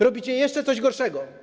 Robicie jeszcze coś gorszego.